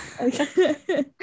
Okay